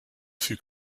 fut